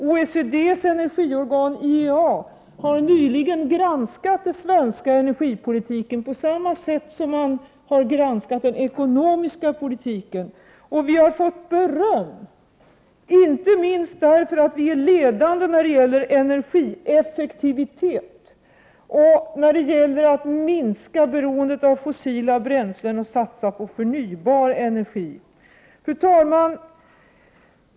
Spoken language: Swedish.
OECD:s energiorgan International Energy Agency har nyligen granskat den svenska energipolitiken på samma sätt som man granskat den ekonomiska politiken. Sverige har fått beröm, inte minst därför att vi är ledande när det gäller energieffektivitet och när det gäller att minska beroendet av fossila bränslen och satsa på förnybar energi. Fru talman!